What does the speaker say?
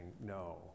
no